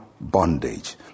bondage